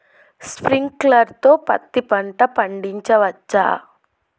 Sprinkler తో పత్తి పంట పండించవచ్చా?